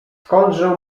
skądże